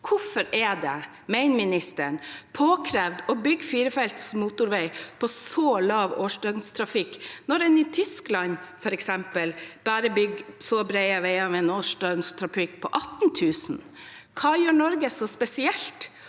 ministeren, påkrevd å bygge firefelts motorvei for så lav årsdøgntrafikk når en f.eks. i Tyskland bare bygger så brede veier med en årsdøgntrafikk på 18 000? Hva gjør Norge så spesielt?